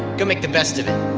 go make the best of it.